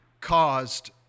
caused